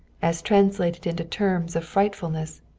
as translated into terms of frightfulness,